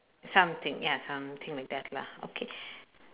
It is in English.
something ya something like that lah okay